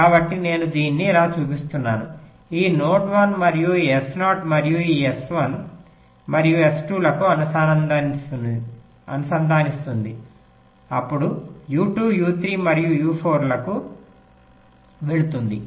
కాబట్టి నేను దీన్ని ఇలా చూపిస్తున్నాను ఈ నోడ్ 1 మరియు ఈ S0 మరియు ఇది S1 మరియు S2 లకు అనుసంధానిస్తుంది అప్పుడు U2 U3 మరియు U4 లకు వెళుతుంది